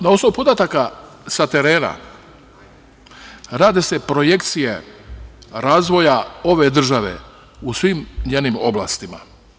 Na osnovu podataka sa terena rade se projekcije razvoja ove države u svim njenim oblastima.